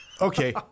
okay